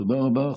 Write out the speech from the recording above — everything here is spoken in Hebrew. תודה רבה.